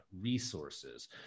resources